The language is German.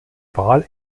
wahl